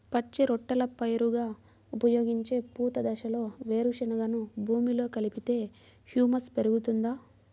పచ్చి రొట్టెల పైరుగా ఉపయోగించే పూత దశలో వేరుశెనగను భూమిలో కలిపితే హ్యూమస్ పెరుగుతుందా?